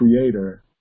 creator